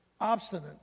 obstinate